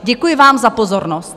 Děkuji vám za pozornost.